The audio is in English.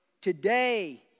today